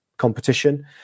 Competition